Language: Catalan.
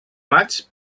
maig